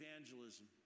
evangelism